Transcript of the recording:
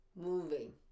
moving